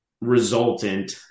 resultant